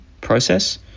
process